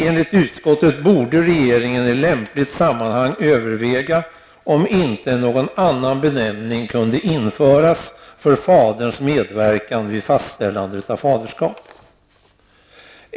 Enligt utskottet borde regeringen i lämpligt sammanhang överväga om inte någon annan benämning kunde införas för faderns medverkan vid fastställande av faderskap.